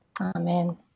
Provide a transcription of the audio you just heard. Amen